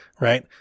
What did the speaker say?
right